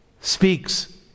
speaks